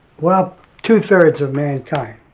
well, two three of mankind